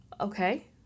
okay